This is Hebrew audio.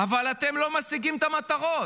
אבל אתם לא משיגים את המטרות: